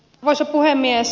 arvoisa puhemies